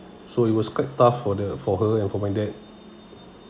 so it was quite tough for the for her and for my dad